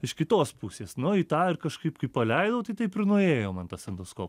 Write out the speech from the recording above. iš kitos pusės nu į tą ir kažkaip kai paleidau tai taip ir nuėjo man tas endosko